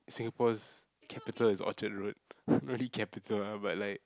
Singapore's capital is Orchard road not really capital lah but like